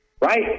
right